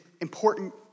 important